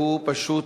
שהוא פשוט,